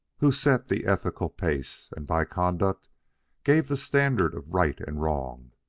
who set the ethical pace, and by conduct gave the standard of right and wrong,